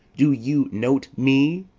do you note me?